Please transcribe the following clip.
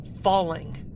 falling